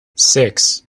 six